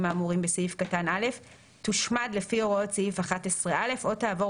האמורים בסעיף קטן (א) תושמד לפי הוראות סעיף 11א או תעבור